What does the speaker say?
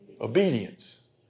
obedience